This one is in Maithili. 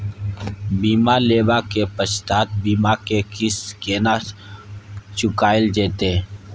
बीमा लेबा के पश्चात बीमा के किस्त केना चुकायल जेतै?